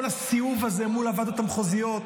כל הסיאוב הזה מול הוועדות המחוזיות,